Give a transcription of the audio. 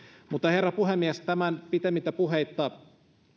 herra puhemies tämän pitemmittä puheitta